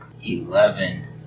Eleven